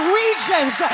regions